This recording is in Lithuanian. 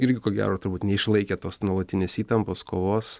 irgi ko gero turbūt neišlaikė tos nuolatinės įtampos kovos